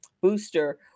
booster